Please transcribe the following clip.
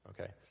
Okay